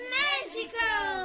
magical